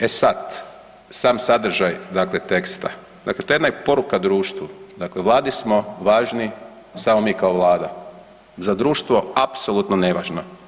E sad, sam sadržaj teksta, dakle to je jedna i poruka društvu, dakle Vladi smo važni samo mi kao Vlada, za društvo apsolutno nevažno.